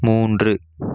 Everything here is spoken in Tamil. மூன்று